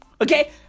Okay